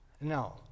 no